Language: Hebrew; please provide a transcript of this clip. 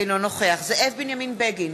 אינו נוכח זאב בנימין בגין,